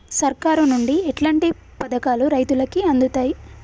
సర్కారు నుండి ఎట్లాంటి పథకాలు రైతులకి అందుతయ్?